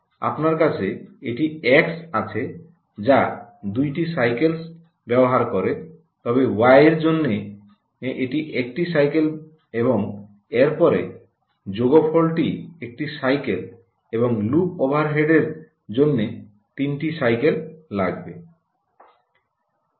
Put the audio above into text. আপনার কাছে এটি x আছে যা 2 টি সাইকেল ব্যবহার করে তবে y এর জন্য এটি 1 টি সাইকেল এবং এর পরে যোগফলটি 1 টি সাইকেল এবং লুপ ওভারহেড এর জন্য 3 টি সাইকেল লাগবে